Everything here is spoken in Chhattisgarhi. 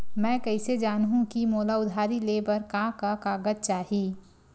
मैं कइसे जानहुँ कि मोला उधारी ले बर का का कागज चाही?